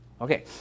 Okay